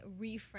reframe